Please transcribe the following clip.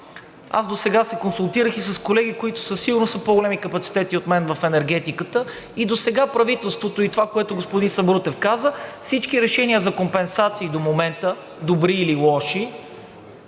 Аз досега се консултирах и с колеги, които със сигурност са по-големи капацитети от мен в енергетиката, и досега правителството и това, което господин Сабрутев каза, всички решения за компенсации до момента, добри или лоши,